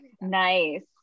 Nice